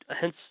hence